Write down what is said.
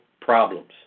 problems